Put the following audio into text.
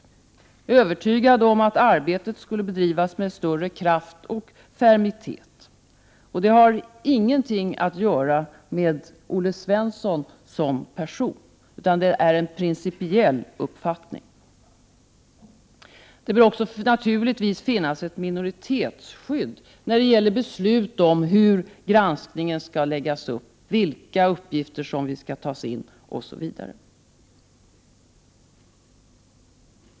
Jag är övertygad om att arbetet då skulle bedrivas med större kraft och färmitet. Detta har ingenting att göra med Olle Svensson som person, utan det är en principiell uppfattning. Det bör också naturligtvis finnas ett minoritetsskydd när det gäller beslut om hur granskningen skall läggas upp, vilka uppgifter som skall tas in osv.